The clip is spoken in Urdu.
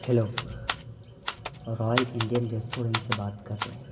ہیلو رائل انڈین ریسٹورنٹ سے بات کر رہے ہیں